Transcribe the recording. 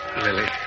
Lily